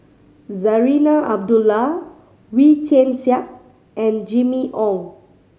Zarinah Abdullah Wee Tian Siak and Jimmy Ong